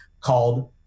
called